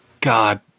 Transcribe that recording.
God